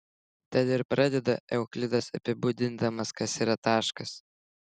tad ir pradeda euklidas apibūdindamas kas yra taškas